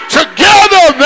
together